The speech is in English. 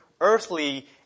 earthly